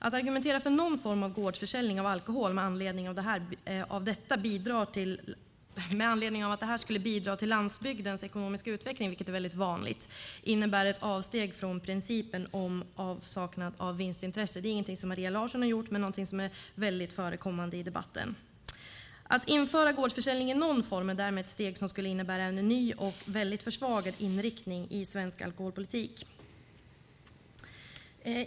Att argumentera för någon form av gårdsförsäljning av alkohol med anledning av detta skulle bidra till landsbygdens ekonomiska utveckling, vilket är väldigt vanligt, innebär ett avsteg från principen om avsaknad av vinstintresse. Det är ingenting som Maria Larsson har gjort, men någonting som är vanligt förekommande i debatten. Att införa gårdsförsäljning i någon form är därmed ett steg som skulle innebära en ny och väldigt försvagad inriktning i svensk alkoholpolitik.